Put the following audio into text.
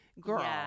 Girl